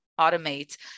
automate